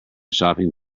shopping